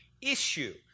issue